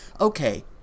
okay